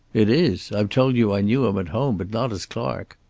it is. i've told you i knew him at home, but not as clark.